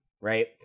right